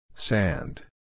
Sand